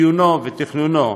אפיונו ותכנונו